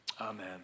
Amen